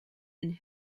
and